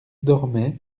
dormaient